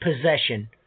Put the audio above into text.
possession